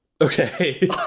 Okay